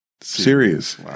serious